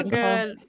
good